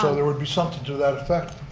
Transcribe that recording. so there would be something to that effect.